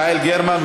לוועדת החינוך.